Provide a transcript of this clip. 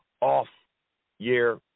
off-year